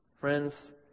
Friends